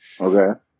Okay